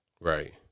Right